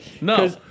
No